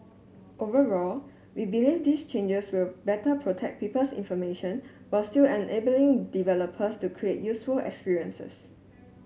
overall we believe these changes will better protect people's information while still enabling developers to create useful experiences